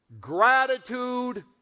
Gratitude